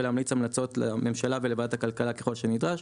ולהמליץ המלצות לממשלה ולוועדת הכלכלה ככל שנדרש.